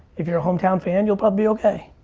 if you're a hometown fan, you'll probably be okay.